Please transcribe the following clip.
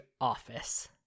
office